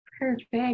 Perfect